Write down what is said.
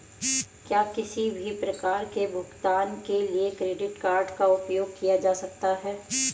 क्या किसी भी प्रकार के भुगतान के लिए क्रेडिट कार्ड का उपयोग किया जा सकता है?